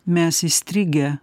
mes įstrigę